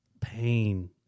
pain